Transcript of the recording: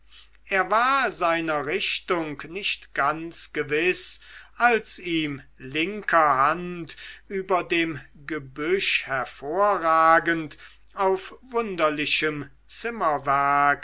er war seiner richtung nicht ganz gewiß als ihm linker hand über dem gebüsch hervorragend auf wunderlichem zimmerwerk